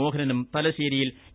മോഹനന്നും തലശ്ശേരിയിൽ എ